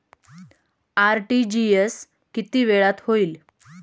RTGS किती वेळात होईल?